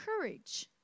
courage